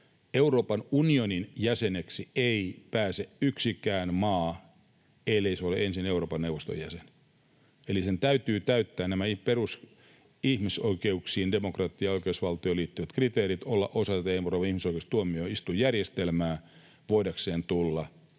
Euroopan unionin jäseneksi ei pääse yksikään maa, ellei se ole ensin Euroopan neuvoston jäsen. Eli sen täytyy täyttää nämä perusihmisoikeuksiin, demokratiaan ja oikeusvaltioon liittyvät kriteerit, olla osa Euroopan ihmisoikeustuomioistuinjärjestelmää, voidakseen tulla